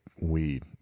weed